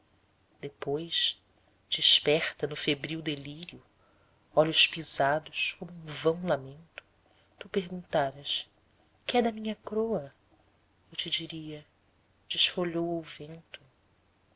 depois desperta no febril delírio olhos pisados como um vão lamento tu perguntaras qué da minha croa eu te diria desfolhou a o vento